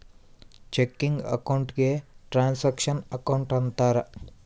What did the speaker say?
checking account ಗೆ transaction account ಅಂತಾರ